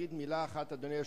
להגיד מלה אחת, אדוני היושב-ראש,